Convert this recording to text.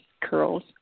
curls